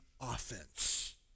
offense